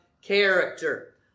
character